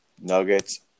Nuggets